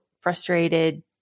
frustrated